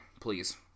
please